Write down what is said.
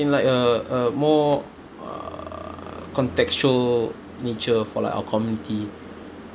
in like a a more uh contextual nature for like our community